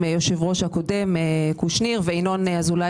היושב ראש הקודם קושניר וחבר הכנסת ינון אזולאי היה